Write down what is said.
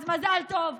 אז מזל טוב,